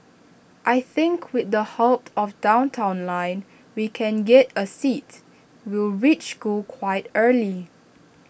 I think with the help of downtown line we can get A seat we'll reach school quite early